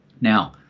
Now